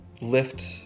lift